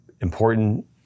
important